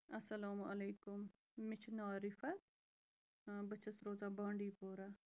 اسلام علیکُم مےٚ چھِ ناو رِفعت بہٕ چھَس روزان بانٛڈی پورہ